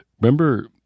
Remember